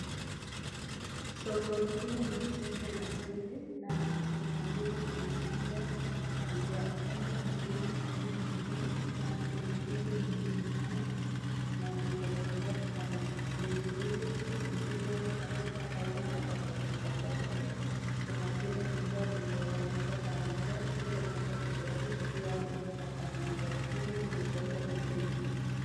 Soko hili ni soko la ndizi na kuna ndizi zimepangwa kuanzia upande mwingine adi mwingine na ndizi hizi ni mingi sana na ziko kubwa sana, ndizi izi ziko katika aina tofauti tofauti, kuna zile kubwa zimewekanishwa pamoja zile kubwa kidogo pia wameeka pamoja, hili ni soko la ndizi.